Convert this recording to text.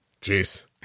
Jeez